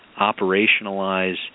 operationalize